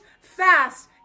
fast